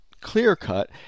clear-cut